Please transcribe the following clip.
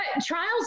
trials